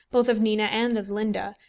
both of nina and of linda,